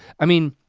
i mean,